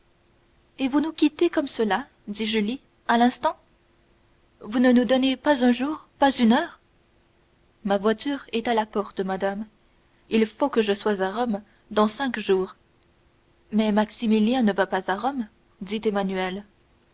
et vous nous quittez comme cela dit julie à l'instant vous ne nous donnez pas un jour pas une heure ma voiture est à la porte madame il faut que je sois à rome dans cinq jours mais maximilien ne va pas à rome dit emmanuel